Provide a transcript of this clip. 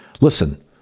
listen